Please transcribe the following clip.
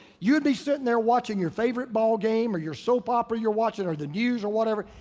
you'd be sitting there watching your favorite ball game or your soap opera you're watching, or the news or whatever.